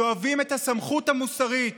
שואבים את הסמכות המוסרית